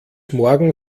morgen